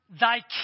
thy